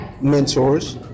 mentors